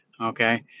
Okay